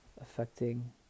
affecting